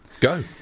Go